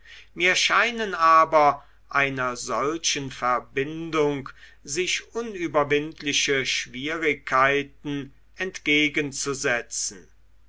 mir scheinen aber einer solchen verbindung sich unüberwindliche schwierigkeiten entgegenzusetzen